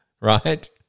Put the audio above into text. right